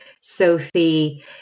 Sophie